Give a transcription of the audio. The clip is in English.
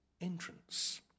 entrance